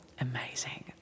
Amazing